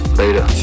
later